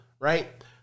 right